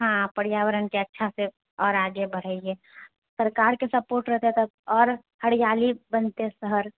हँ पर्यावरणके अच्छासँ आओर आगे बढ़ैऐ सरकारके सपोर्ट रहतै तऽ आओर हरिआली बनतै शहर